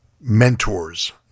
mentors